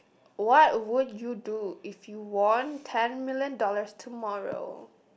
what would you do if you won ten million dollars tomorrow